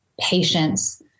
patience